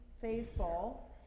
faithful